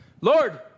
Lord